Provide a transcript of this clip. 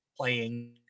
Playing